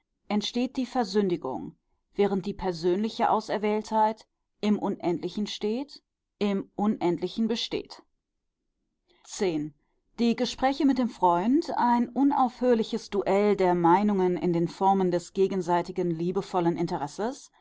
entsteht die versündigung während die persönliche auserwähltheit im unendlichen steht im unendlichen besteht die gespräche mit dem freund ein unaufhörliches duell der meinungen in den formen des gegenseitigen liebevollen interesses